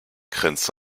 grenzt